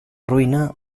ruïna